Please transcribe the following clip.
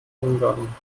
ungarn